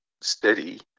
steady